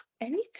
Anytime